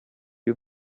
few